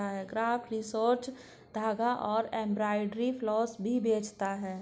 craft resources धागा और embroidery floss भी बेचता है